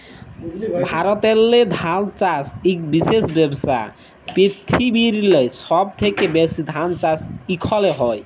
ভারতেল্লে ধাল চাষ ইক বিশেষ ব্যবসা, পিরথিবিরলে সহব থ্যাকে ব্যাশি ধাল চাষ ইখালে হয়